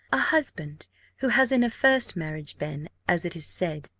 a husband who has in a first marriage been, as it is said,